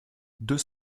deux